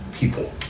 People